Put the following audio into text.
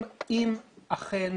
אם אכן